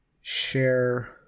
share